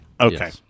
Okay